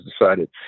decided